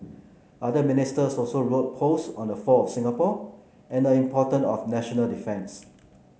other Ministers also wrote posts on the fall of Singapore and importance of national defence